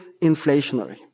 inflationary